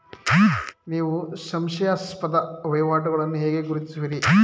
ನೀವು ಸಂಶಯಾಸ್ಪದ ವಹಿವಾಟುಗಳನ್ನು ಹೇಗೆ ಗುರುತಿಸುವಿರಿ?